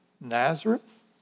Nazareth